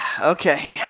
Okay